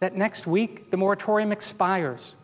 that next week the moratorium expires